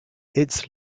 its